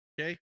Okay